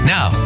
Now